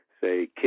say